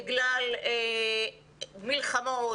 בגלל מלחמות,